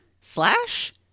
slash